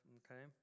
okay